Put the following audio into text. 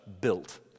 built